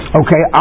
okay